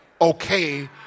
okay